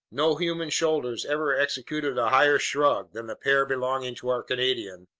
no human shoulders ever executed a higher shrug than the pair belonging to our canadian.